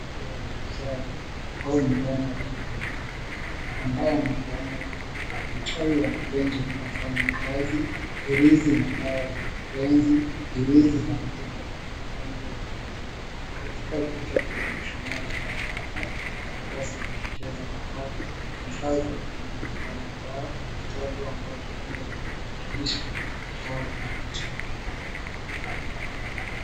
Kuna daktari au mganga wa kienyeji ambaye anapeana huduma za kiuchawi wa mapenzi unaofanya kazi, herizi na dawa za mapenzi, herizi za mvuto wa kimapenzi au kijamii. Katika picha kuna mishumaa inayowaka na karatasi za kucheza karata, vifaa vya kienyeji kama dawa. Kitabu ambacho huenda kinawakilisha kitabu cha mchawi.